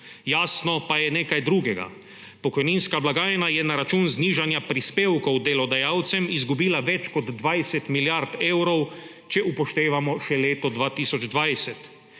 Jasno pa je nekaj drugega. Pokojninska blagajna je na račun znižanja prispevkov delodajalcem izgubila več kot 20 milijard evrov, če upoštevamo še leto 2020.